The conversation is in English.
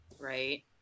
Right